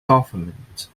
government